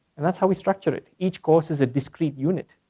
and that's how we structure it. each course is a discrete unit,